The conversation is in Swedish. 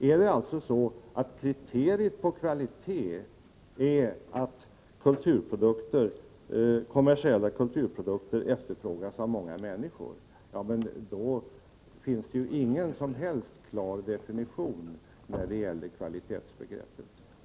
Är alltså kriteriet på kvalitet att kommersiella kulturprodukter efterfrågas av många människor? Då finns det ingen som helst klar definition av kvalitetsbegreppet.